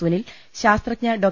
സുനിൽ ശാസ്ത്രജ്ഞ ഡോ